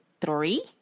three